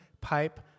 pipe